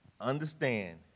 understand